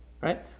right